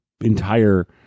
entire